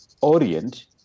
Orient